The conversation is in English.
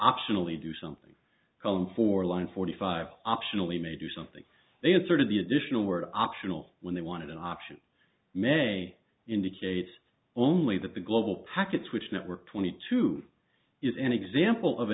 optionally do something calling for line forty five optionally may do something they had sort of the additional word optional when they wanted an option may indicate only that the global packet switch network twenty two is an example of a